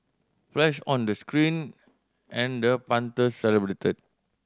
flash on the screen and the punter celebrated